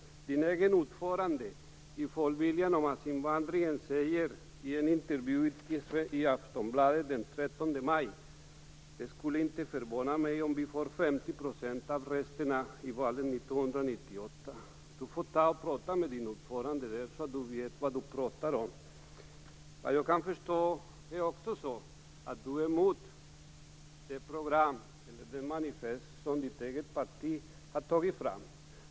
Sten Anderssons egen ordförande i Folkviljan och massinvandringen säger i en intervju i Aftonbladet den 13 maj: Det skulle inte förvåna mig om vi får 50 % av rösterna i valet 1998. Sten Andersson får prata med sin ordförande, så att Sten Andersson vet vad han pratar om. Vad jag kan förstå är det också så att Sten Andersson är emot det program, det manifest, som hans eget parti har tagit fram.